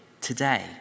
today